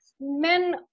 men